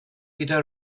gyda